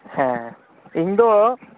ᱦᱮᱸ ᱤᱧᱫᱚ